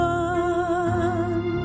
one